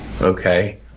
Okay